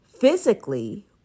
physically